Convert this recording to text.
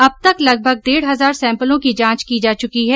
अब तक लगभग डेढ हजार सैंपलों की जांच की जा चुकी है